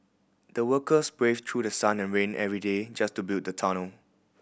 the workers braved through the sun and rain every day just to build the tunnel